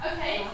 Okay